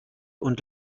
und